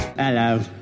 Hello